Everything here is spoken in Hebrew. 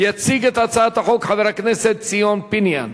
יציג את הצעת החוק חבר הכנסת ציון פיניאן.